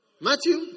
Matthew